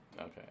Okay